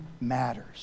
matters